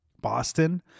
Boston